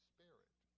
Spirit